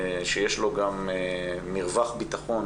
שיש לו גם מרווח ביטחון